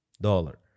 dollar